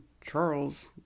Charles